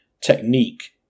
technique